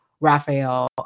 Raphael